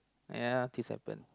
ya this happen